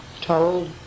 told